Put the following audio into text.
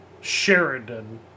Sheridan